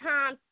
Time